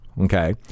okay